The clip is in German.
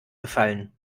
gefallen